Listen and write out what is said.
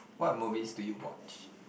what movies do you watch